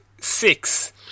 six